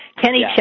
Kenny